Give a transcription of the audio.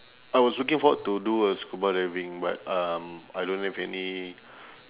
I was looking forward to do uh scuba diving but um I don't have any